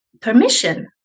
permission